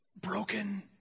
broken